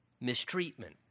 mistreatment